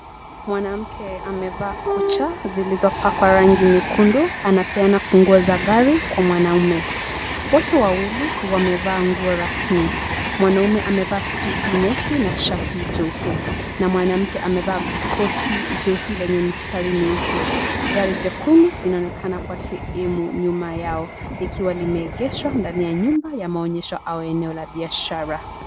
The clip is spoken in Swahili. Mwanamke amevaa kucha, zilizopakwa rangi nyekundu, anapeana funguo za gari kwa mwanaume. Wote wawili wamevaa nguo rasmi. Mwanaume amevaa suti nyeusi na shati jeupe, na mwanamke amevaa koti jeusi lenye mistari mieupe. Gari jekundu inaonekana kwa sehemu nyuma yao, likiwa limegeshwa ndani ya nyumba ya maonyesho au eneo la biashara.